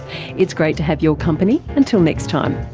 it's great to have your company, until next time.